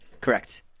correct